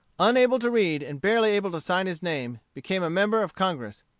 unable to read and barely able to sign his name, became a member of congress,